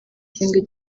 igihembwe